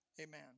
amen